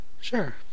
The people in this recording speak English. Sure